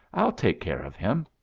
i'll take care of him.